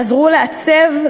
עזרו לעצב,